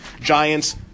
Giants